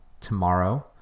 tomorrow